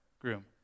groom